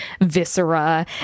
viscera